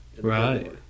Right